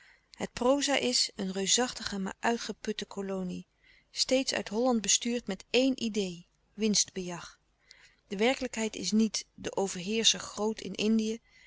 het proza is een reusachtige maar uitgeputte kolonie steeds uit holland bestuurd met éen idee winstbejag de werkelijkheid is niet de overheerscher groot in indië